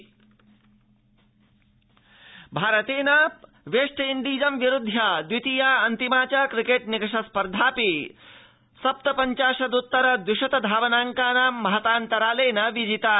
cricket भारतेन west इण्डीजं विरुध्य द्वितीया अन्तिमा च क्रिकेट् निकष स्पर्धा सप्त पञ्चाशद्त्तर द्विशत धावनाकाना महताऽन्तरालेन विजिता